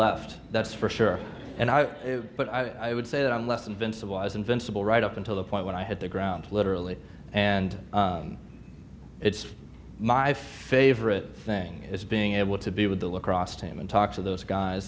left that's for sure and i but i would say that unless invincible as invincible right up until the point when i hit the ground literally and it's my favorite thing is being able to be with the lacrosse team and talk to those guys